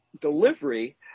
Delivery